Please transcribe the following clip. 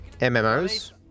MMOs